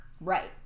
Right